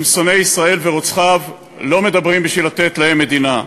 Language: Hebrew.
עם שונאי ישראל ורוצחיו לא מדברים בשביל לתת להם מדינה,